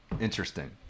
Interesting